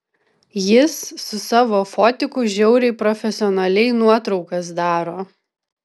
jis su savo fotiku žiauriai profesionaliai nuotraukas daro